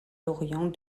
d’orient